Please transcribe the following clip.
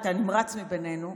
אתה הנמרץ בינינו,